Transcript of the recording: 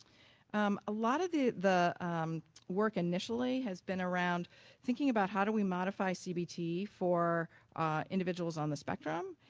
um a lot of the the um work initially has been around thinking about how do we modify cbt for individuals on the spectrum,